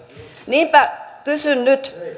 niinpä kysyn nyt